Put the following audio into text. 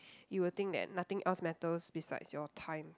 you will think that nothing else matters besides your time